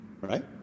right